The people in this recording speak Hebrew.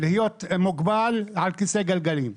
להיות מוגבל על כיסא גלגלים.